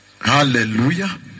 Hallelujah